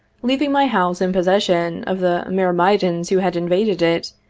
leaving my house in possession of the myrmidons who had invaded it,